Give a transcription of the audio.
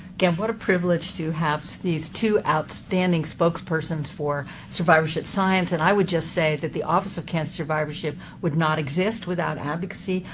again, what a privilege to have so these two outstanding spokespersons for survivorship science, and i would just say that the office of cancer survivorship would not exist without advocacy,